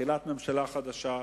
תחילת ממשלה חדשה,